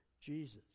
Jesus